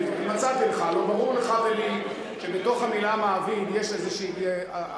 הלוא ברור לך ולי שבתוך המלה "מעביד" יש גרסה,